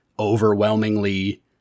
overwhelmingly